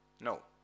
No